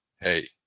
hey